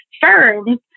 firms